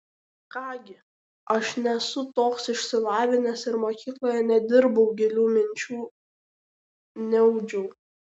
ką gi aš nesu toks išsilavinęs ir mokykloje nedirbau gilių minčių neaudžiu